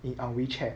in uh wechat